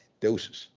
Doses